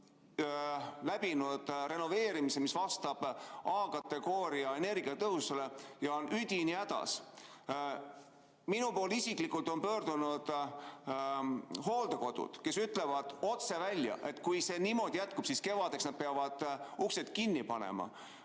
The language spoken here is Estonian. mis on läbinud renoveerimise ja vastab A‑kategooria energiatõhususele, aga on üdini hädas. Minu poole isiklikult on pöördunud hooldekodud, kes ütlevad otse välja, et kui see niimoodi jätkub, siis nad peavad kevadeks uksed kinni panema.